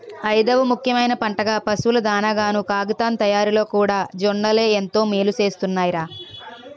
ఐదవ ముఖ్యమైన పంటగా, పశువుల దానాగాను, కాగితం తయారిలోకూడా జొన్నలే ఎంతో మేలుసేస్తున్నాయ్ రా